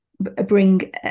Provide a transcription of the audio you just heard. bring